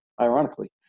ironically